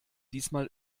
diesmal